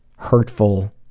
hurtful